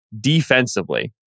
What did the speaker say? defensively